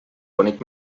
bonic